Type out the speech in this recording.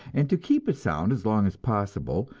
and to keep it sound as long as possible,